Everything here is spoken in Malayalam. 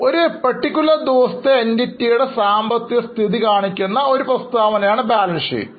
ഒരു പ്രത്യേക ദിവസത്തെ entity ടെ സാമ്പത്തികസ്ഥിതി കാണിക്കുന്ന ഒരു പ്രസ്താവനയാണ് ബാലൻസ് ഷീറ്റ്